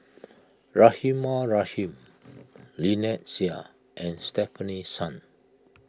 Rahimah Rahim Lynnette Seah and Stefanie Sun